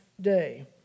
day